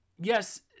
yes